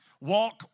Walk